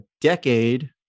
decade